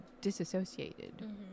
disassociated